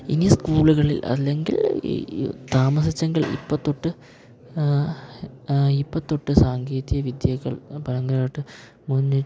ഇനി സ്കൂളുകളിൽ അല്ലെങ്കിൽ ഈ ഈ താമസിച്ചെങ്കിൽ ഇപ്പത്തൊട്ട് ഇപ്പത്തൊട്ട് സാങ്കേതിക വിദ്യകൾ ഭയങ്കരമായിട്ട് മുന്നിട്ട്